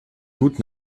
gut